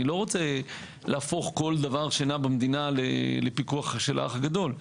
אני לא רוצה להפוך כל דבר שנע במדינה לפיקוח של האח הגדול.